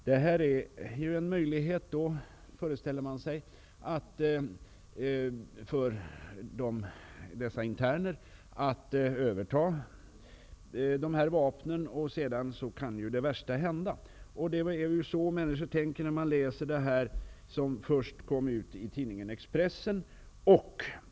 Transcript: Människor som läser om det här föreställer sig att internerna skulle kunna överta vapnen och att sedan det värsta kan hända. Detta publicerades först i tidningen Expressen.